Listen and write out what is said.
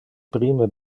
prime